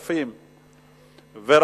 טוב ממנו.